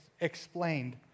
explained